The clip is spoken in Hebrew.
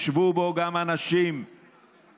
ישבו בו גם אנשים מהאופוזיציה.